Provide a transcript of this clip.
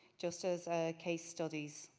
just as case studies.